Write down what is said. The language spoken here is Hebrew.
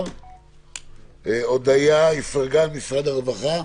אודיה איפרגן, ממשרד הרווחה,